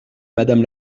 madame